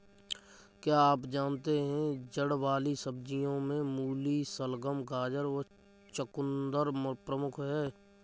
क्या आप जानते है जड़ वाली सब्जियों में मूली, शलगम, गाजर व चकुंदर प्रमुख है?